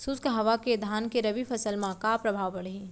शुष्क हवा के धान के रबि फसल मा का प्रभाव पड़ही?